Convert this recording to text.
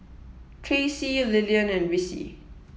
Traci Lilyan and Ricci